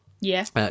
Yes